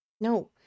No